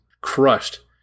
crushed